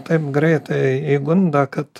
taip greitai įgunda kad